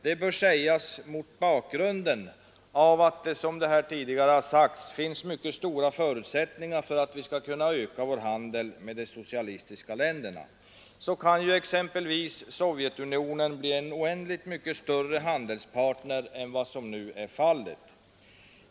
Detta bör sägas mot bakgrunden av att det — som det här tidigare har sagts — nu finns mycket stora förutsättningar för att vi skall kunna öka vår handel med de socialistiska länderna. Så kan exempelvis Sovjetunionen bli en oändligt mycket större handelspartner än vad som nu är fallet.